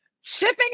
shipping